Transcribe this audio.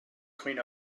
clean